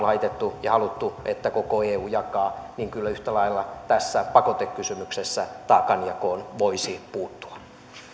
haluttu että koko eu jakaa taakan niin että kyllä yhtä lailla tässä pakotekysymyksessä taakanjakoon voisi puuttua